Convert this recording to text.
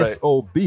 SOB